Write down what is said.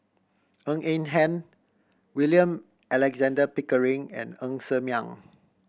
Ng Eng Hen William Alexander Pickering and Ng Ser Miang